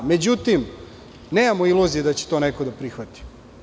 Međutim, nemamo iluzije da će to neko da prihvati.